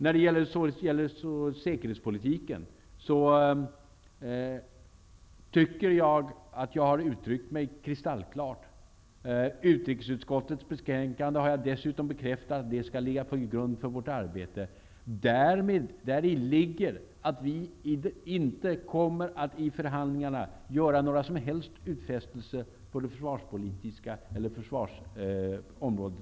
När det gäller säkerhetspolitiken tycker jag att jag har uttryckt mig kristallklart. Jag har dessutom bekräftat att utskottets betänkande skall ligga till grund för vårt arbete. Däri ligger att vi i förhandlingarna inte kommer att göra några utfästelser på försvarsområdet.